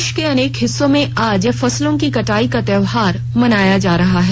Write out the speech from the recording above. देश के अनेक हिस्सों में आज फसलों की कटाई का त्यौहार मनाया जा रहा है